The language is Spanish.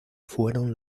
fueron